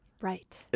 right